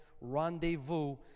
rendezvous